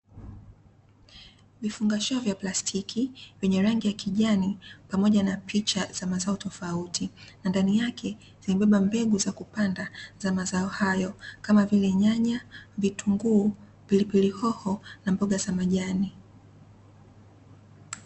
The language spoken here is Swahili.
Vifungashio vya plastiki vyenye rangi ya kijani pamoja na picha za mazao tofauti, na ndani yake zimebeba mbegu za kupanda mazao hayo kama vile nyanya, vitunguu, pilipili hoho na mboga za majani.